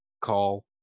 call